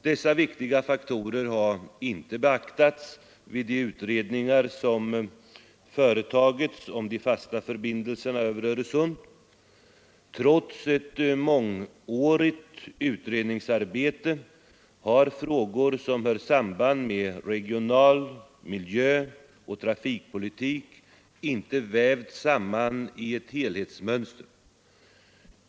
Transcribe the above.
Dessa viktiga faktorer har inte beaktats vid de utredningar som företagits om de fasta förbindelserna över Öresund. Trots ett mångårigt utredningsarbete har frågor som hör samman med regional-, miljöoch trafikpolitik inte vävts samman i ett helhetsmönster.